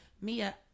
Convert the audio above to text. Mia